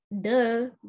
duh